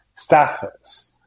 staffers